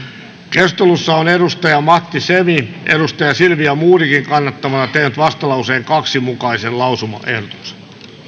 keskustelussa on matti semi silvia modigin kannattamana tehnyt vastalauseen kahden mukaisen lausumaehdotuksen